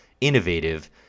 innovative